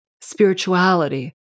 spirituality